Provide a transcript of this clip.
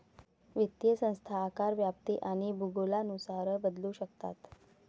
वित्तीय संस्था आकार, व्याप्ती आणि भूगोलानुसार बदलू शकतात